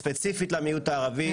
ספציפית למיעוט הערבי,